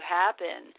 happen